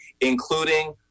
including